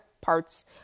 parts